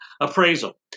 Appraisal